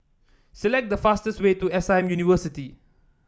select the fastest way to S I University